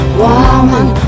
woman